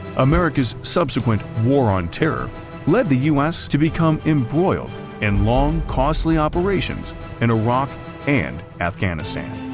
america's subsequent war on terror led the us to become embroiled in long, costly operations in iraq and afghanistan.